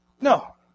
No